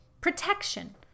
protection